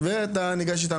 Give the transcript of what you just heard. תומכים,